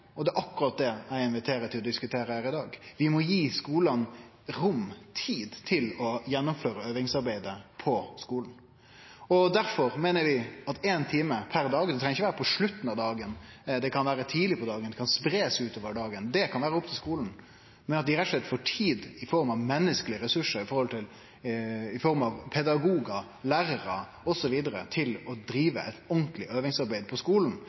diskutere, er det akkurat det eg inviterer til å diskutere her i dag. Vi må gje skulane rom – tid – til å gjennomføre øvingsarbeidet på skulen éin time per dag. Det treng ikkje vere på slutten av dagen. Det kan vere tidleg på dagen, eller ein kan spreie det utover dagen. Det kan vere opp til skulen, men dei må rett og slett få tid, dei må få menneskelege ressursar, i form av pedagogar, lærarar osv., til å drive eit ordentleg øvingsarbeid på